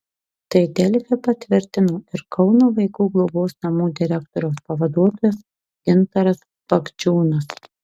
tai delfi patvirtino ir kauno vaikų globos namų direktoriaus pavaduotojas gintaras bagdžiūnas